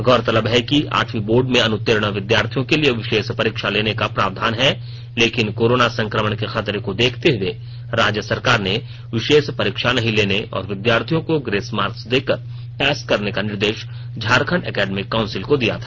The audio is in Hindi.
गौरतलब है कि आठवीं बोर्ड में अनुतीर्ण विद्यार्थियों के लिए विशेष परीक्षा लेने का प्रावधान है लेकिन कोरोना संक्रमण के खतरे को देखते हुए राज्य सरकार ने विशेष परीक्षा नहीं लेने और विद्यार्थियों को ग्रेस मार्कस देकर पास करने का निर्देश झारखंड एकेडमिक काउंसिल को दिया था